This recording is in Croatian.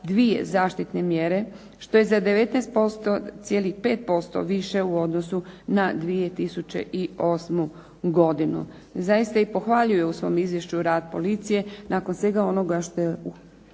752 zaštitne mjere što je za 19,5% više u odnosu na 2008. godinu. Zaista i pohvaljuje u svom izvješću rad policije, nakon svega onoga što je